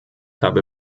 habe